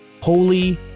holy